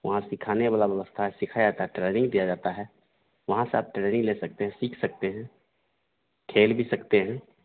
वहाँ सिखाने वाली व्यवस्था है सिखाया जाता है ट्रेनिन्ग दी जाती है वहाँ से आप ट्रेनिन्ग ले सकते हैं सीख सकते हैं खेल भी सकते हैं